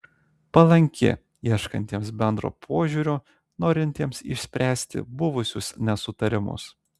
palanki ieškantiems bendro požiūrio norintiems išspręsti buvusius nesutarimus